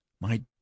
My